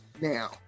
now